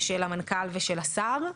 של המנכ"ל ושל השר,